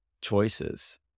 choices